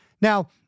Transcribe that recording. Now